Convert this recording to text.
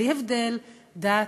בלי הבדל דת,